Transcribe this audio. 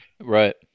right